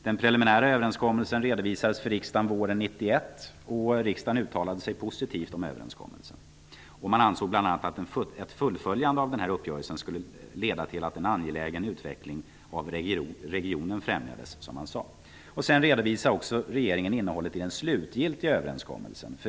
Den preliminära överenskommelsen redovisades för riksdagen våren 1991, och riksdagen uttalade sig positivt om överenskommelsen. Man ansåg bl.a. att ett fullföljande av uppgörelsen skulle leda till att en angelägen utveckling av regionen främjades, som man sade.